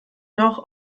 noch